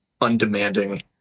undemanding